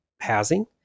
housing